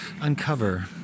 uncover